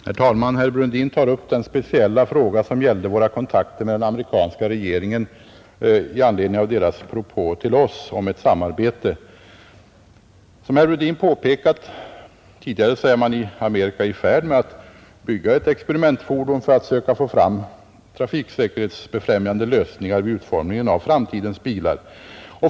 Herr talman! Herr Brundin tog upp den speciella frågan om våra kontakter med den amerikanska regeringen i anledning av dess propåer till oss om ett samarbete. Som herr Brundin påpekat tidigare, är man i USA i färd med att bygga ett experimentfordon för att söka få fram ytterligare trafiksäkerhetsfrämjande lösningar vid utformningen av framtidens bilar.